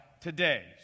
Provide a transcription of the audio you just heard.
today